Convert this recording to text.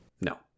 No